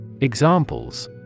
Examples